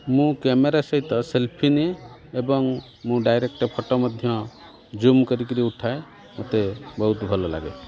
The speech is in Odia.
ମୁଁ କ୍ୟାମେରା ସହିତ ସେଲ୍ଫି ନିଏ ଏବଂ ମୁଁ ଡାଇରେକ୍ଟ ଫଟୋ ମଧ୍ୟ ଜୁମ୍ କରିକିରି ଉଠାଏ ମୋତେ ବହୁତ ଭଲ ଲାଗେ